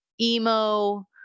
emo